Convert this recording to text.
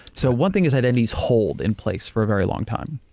so one thing is identities hold in place for a very long time.